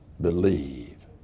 believe